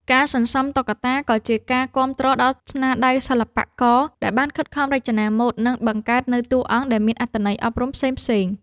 ការសន្សំតុក្កតាក៏ជាការគាំទ្រដល់ស្នាដៃសិល្បករ ដែលបានខិតខំរចនាម៉ូដ និងបង្កើតនូវតួអង្គដែលមានអត្ថន័យអប់រំផ្សេងៗ។